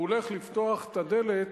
הוא הולך לפתוח את הדלת,